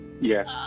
yes